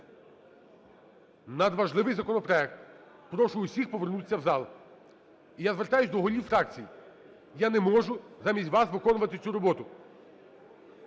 надважливий законопроект, прошу усіх повернутися в зал. І я звертаюсь до голів фракцій. Я не можу замість вас виконувати цю роботу.